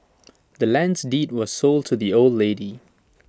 the land's deed was sold to the old lady